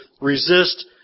resist